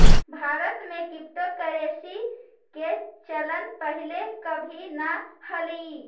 भारत में क्रिप्टोकरेंसी के चलन पहिले कभी न हलई